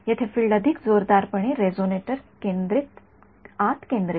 येथे फील्ड अधिक जोरदारपणे रेझोनिटर आत केंद्रित आहे